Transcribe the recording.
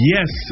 Yes